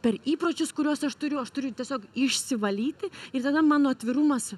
per įpročius kuriuos aš turiu aš turiu tiesiog išsivalyti ir tada mano atvirumas